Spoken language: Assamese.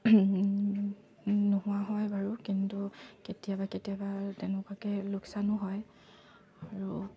নোহোৱা হয় বাৰু কিন্তু কেতিয়াবা কেতিয়াবা তেনেকুৱাকৈ লোকচানো হয় আৰু